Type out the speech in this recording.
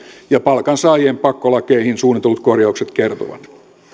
ja palkansaajien pakkolakeihin suunnitellut korjaukset kertovat